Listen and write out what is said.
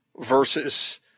versus –